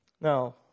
Now